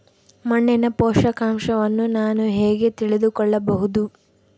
ಮಣ್ಣಿನ ಪೋಷಕಾಂಶವನ್ನು ನಾನು ಹೇಗೆ ತಿಳಿದುಕೊಳ್ಳಬಹುದು?